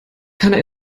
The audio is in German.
keiner